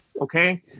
Okay